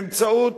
באמצעות